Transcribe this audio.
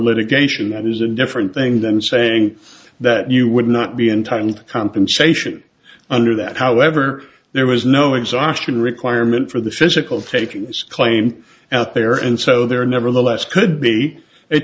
litigation that is a different thing than saying that you would not be untimed compensation under that however there was no exhaustion requirement for the physical taking this claim out there and so there nevertheless could be